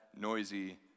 noisy